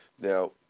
Now